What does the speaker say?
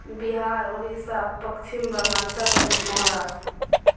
Bihar Orissa Paschim Bangal Uttar Pradesh Maharashtra